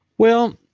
well,